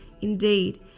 indeed